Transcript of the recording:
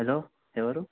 hello ఎవరు